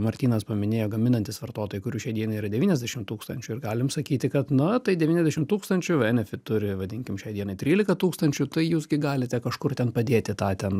martynas paminėjo gaminantys vartotojai kurių šiai dienai yra devyniasdešim tūkstančių ir galim sakyti kad na tai devyniasdešim tūkstančių enefit turi vadinkim šiai dienai trylika tūkstančių tai jūs gi galite kažkur ten padėti tą ten